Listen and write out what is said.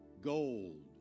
gold